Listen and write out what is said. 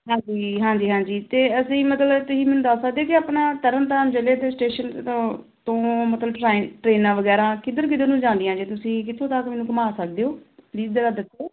ਹਾਂਜੀ ਹਾਂਜੀ ਹਾਂਜੀ ਅਤੇ ਅਸੀਂ ਮਤਲਬ ਤੁਸੀਂ ਮੈਨੂੰ ਦੱਸ ਸਕਦੇ ਕੇ ਆਪਣਾ ਤਰਨਤਾਰਨ ਜਿਲ੍ਹੇ ਦੇ ਸਟੇਸ਼ਨ ਤੋਂ ਤੋਂ ਮਤਲਬ ਟਰਾਈ ਟਰੇਨਾਂ ਵਗੈਰਾ ਕਿੱਧਰ ਕਿੱਧਰ ਨੂੰ ਜਾਂਦੀਆਂ ਜੇ ਤੁਸੀਂ ਕਿੱਥੋਂ ਤੱਕ ਮੈਨੂੰ ਘੁੰਮਾ ਸਕਦੇ ਹੋ ਪਲੀਜ਼ ਜਰਾ ਦੱਸੋ